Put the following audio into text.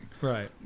Right